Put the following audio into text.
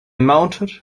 mounted